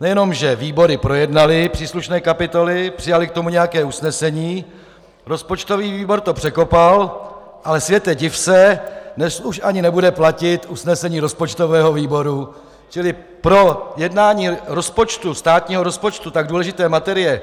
Nejenom že výbory projednaly příslušné kapitoly, přijaly k tomu nějaké usnesení, rozpočtový výbor to překopal, ale světe, div se, dnes už ani nebude platit usnesení rozpočtového výboru, čili pro jednání státního rozpočtu, tak důležité materie,